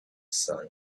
sun